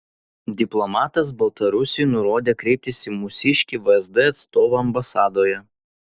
diplomatas baltarusiui nurodė kreiptis į mūsiškį vsd atstovą ambasadoje